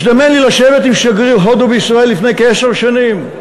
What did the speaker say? הזדמן לי לשבת עם שגריר הודו בישראל לפני כעשר שנים,